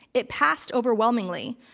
it passed overwhelmingly.